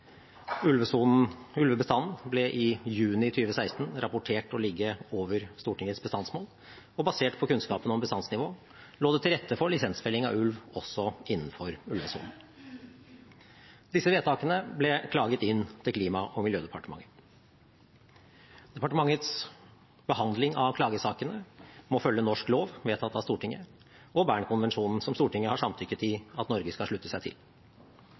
Ulvebestanden ble i juni 2016 rapportert å ligge over Stortingets bestandsmål, og basert på kunnskapen om bestandsnivå lå det til rette for lisensfelling av ulv også innenfor ulvesonen. Disse vedtakene ble klaget inn til Klima- og miljødepartementet. Departementets behandling av klagesakene må følge norsk lov vedtatt av Stortinget og Bern-konvensjonen, som Stortinget har samtykket i at Norge skal slutte seg til.